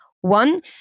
One